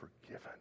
forgiven